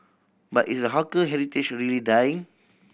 but is the hawker heritage really dying